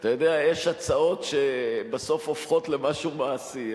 אתה יודע, יש הצעות שבסוף הופכות למשהו מעשי.